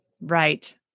Right